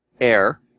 air